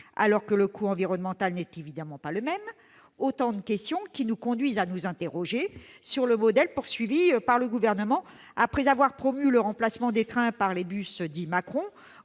alors que le coût environnemental n'est évidemment pas le même ? Ce sont là autant de questions qui nous conduisent à nous interroger sur le modèle retenu par le Gouvernement. Après avoir promu le remplacement des trains par les « cars Macron »,